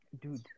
dude